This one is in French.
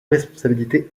responsabilités